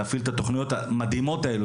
להפעיל את התוכניות המדהימות האלו.